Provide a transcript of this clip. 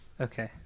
Okay